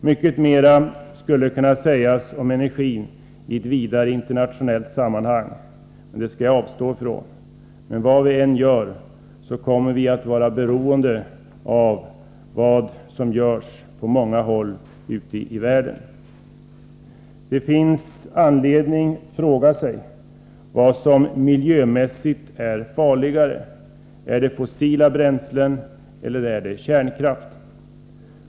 Mycket mera skulle kunna sägas om energin, i ett vidare internationellt sammanhang, men det skall jag avstå från. Vad vi än gör kommer vi dock att vara beroende av vad som görs på olika håll ute i världen. Det finns anledning att fråga sig vad som miljömässigt är farligare: fossila bränslen eller kärnkraft.